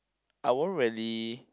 I won't really